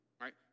right